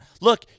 look